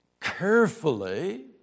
carefully